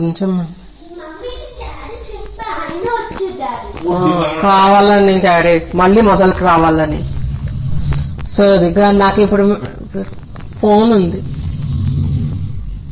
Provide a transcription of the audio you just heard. तो cosine cos amplitude के रूप में इसका वास्तविक भाग प्रतिक्रिया V p विभाजित 1 ω वर्ग c वर्ग R वर्ग का वर्गमूल है और जिसका तर्क ω t ϕ माइनस टैन व्युत्क्रम ω c R है